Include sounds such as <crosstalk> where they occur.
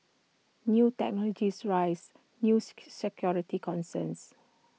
new technologies raise news <unintelligible> security concerns